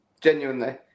Genuinely